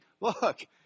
look